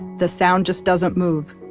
the sound just doesn't move.